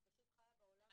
אני פשוט חיה בעולם המציאותי.